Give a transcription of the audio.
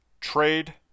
trade